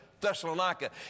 Thessalonica